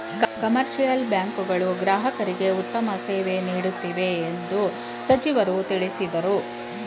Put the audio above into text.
commercial bank ಗಳು ಗ್ರಾಹಕರಿಗೆ ಉತ್ತಮ ಸೇವೆ ನೀಡುತ್ತಿವೆ ಎಂದು ಸಚಿವರು ತಿಳಿಸಿದರು